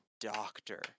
doctor